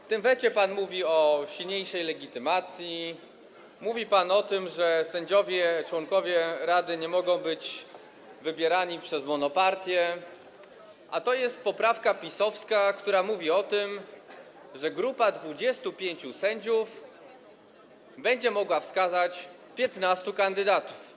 W tym wecie pan mówi o silniejszej legitymacji, mówi pan o tym, że sędziowie członkowie rady nie mogą być wybierani przez monopartię, a to jest poprawka PiS-owska, która mówi o tym, że grupa 25 sędziów będzie mogła wskazać 15 kandydatów.